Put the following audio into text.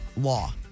law